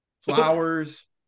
flowers